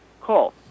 Call